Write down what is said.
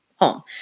home